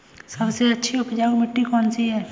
सबसे अच्छी उपजाऊ मिट्टी कौन सी है?